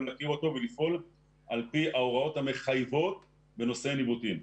להכיר אותו ולפעול על פי ההוראות המחייבות בנושא ניווטים.